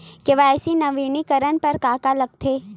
KYC नवीनीकरण बर का का लगथे?